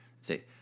Say